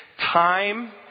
time